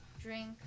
drink